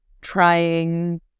trying